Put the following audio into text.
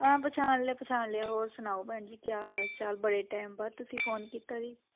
ਹਾਂ ਪਛਾਣ ਲਿਆ ਪਛਾਣ ਲਿਆ ਹੋਰ ਸੁਣਾਓ ਭੈਣ ਜੀ ਕਿਆ ਹਾਲ ਚਾਲ ਬੜੇ ਟੈਮ ਬਾਅਦ ਤੁਸੀਂ ਫ਼ੋਨ ਕੀਤਾ ਜੀ